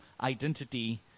identity